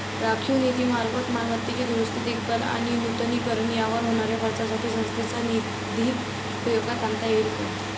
राखीव निधीमार्फत मालमत्तेची दुरुस्ती, देखभाल आणि नूतनीकरण यावर होणाऱ्या खर्चासाठी संस्थेचा निधी उपयोगात आणता येईल का?